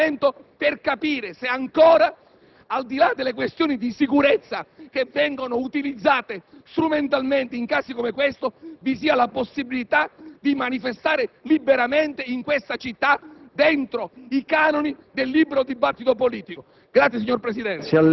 chiedo formalmente che il Ministro dell'interno venga a relazionare qui in Parlamento per capire se ancora, al di là delle questioni di sicurezza che vengono utilizzate strumentalmente in casi come questo, vi sia la possibilità di manifestare liberamente in questa città